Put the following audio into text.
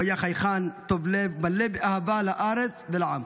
הוא היה חייכן, טוב לב, מלא באהבה לארץ ולעם.